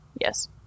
Yes